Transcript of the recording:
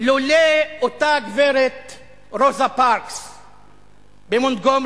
לולא אותה גברת רוזה פארקס ממונטגומרי,